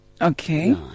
Okay